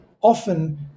often